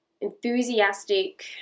enthusiastic